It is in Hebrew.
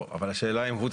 לא, אבל השאלה אם הוא צריך.